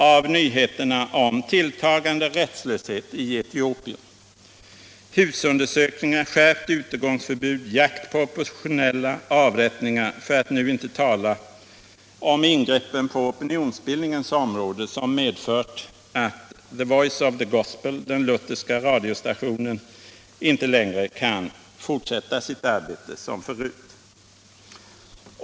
av nyheterna om tilltagande rättslöshet i Etiopien: husundersökningar, skärpt utegångsförbud, jakt på oppositionella, av rättningar, för att nu inte tala om ingreppen på opinionsbildningens område som medfört att The Voice of the Gospel, den lutherska radiostationen, inte längre kan fortsätta sitt arbete som förut.